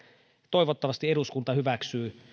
toivottavasti eduskunta hyväksyy